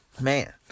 man